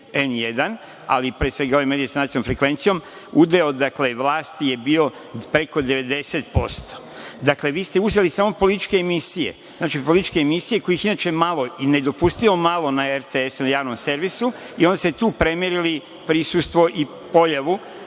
N1, ali pre svega one medije sa nacionalnom frekvencijom, udeo vlasti je bio preko 90%.Dakle, vi ste uzeli samo političke emisije, kojih inače je malo i nedopustivo malo na RTS, nas Javnom servisu i onda ste tu premerili prisustvo i pojavu